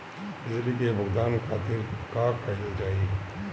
बिजली के भुगतान खातिर का कइल जाइ?